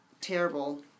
terrible